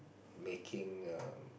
making um